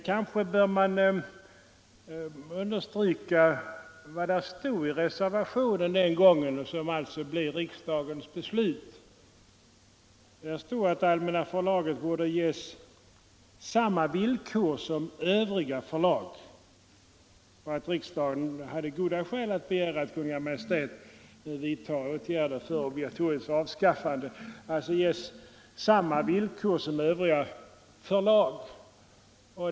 Kanske bör man understryka vad som stod i reservationen den gången och som alltså blev riksdagens beslut. Där stod att Allmänna Förlaget borde ”ges samma villkor som övriga förlag” och att riksdagen hade ”goda skäl att begära att Kungl. Maj:t vidtar åtgärder för obligatoriets avskaffande”. Allmänna Förlaget skulle alltså ges samma villkor som övriga förlag.